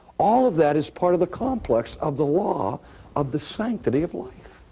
all of that is part of the complex of the law of the sanctity of life.